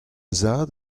zad